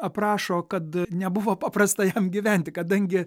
aprašo kad nebuvo paprasta jam gyventi kadangi